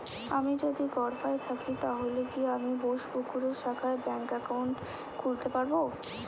আমি যদি গরফায়ে থাকি তাহলে কি আমি বোসপুকুরের শাখায় ব্যঙ্ক একাউন্ট খুলতে পারবো?